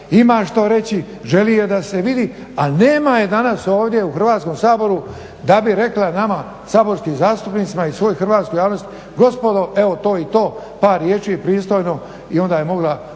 ima što reći, želi je da se vidi a nema je danas ovdje u Hrvatskom saboru da bi rekla nama saborskim zastupnicima i svoj hrvatskoj javnosti gospodo evo to i to par riječi pristojno i onda je mogla